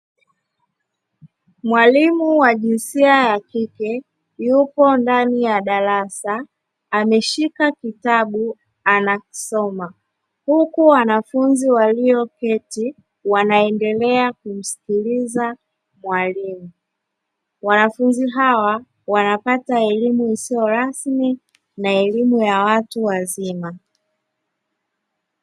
Mwalimu wa jinsia ya kike yupo ndani ya darasa ameshika kitabu anakisoma, huku walimu walioketi wanaendelea kumsikiliza mwalimu, wanafunzi hawa wanapata elimu isiyorasmi na elimu ya watu wazima.